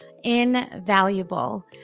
invaluable